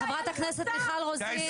חברת הכנסת מיכל רוזין.